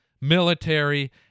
military